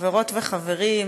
חברות וחברים,